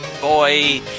Boy